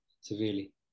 severely